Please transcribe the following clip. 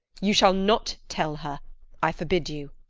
you shall not tell her i forbid you.